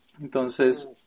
Entonces